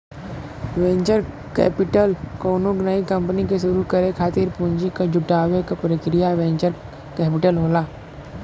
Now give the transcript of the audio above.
venture capital कउनो नई company के शुरू करे खातिर पूंजी क जुटावे क प्रक्रिया वेंचर कैपिटल होला